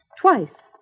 Twice